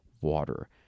water